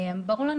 ברור לנו,